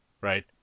right